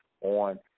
on